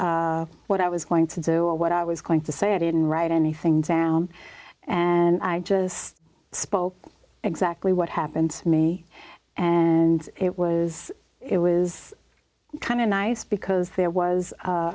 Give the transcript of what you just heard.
what i was going to do or what i was going to say i didn't write anything down and i just spoke exactly what happened to me and it was it was kind of nice because there was